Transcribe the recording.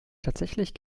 tatsächlich